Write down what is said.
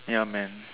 ya man